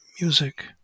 music